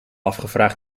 afgevraagd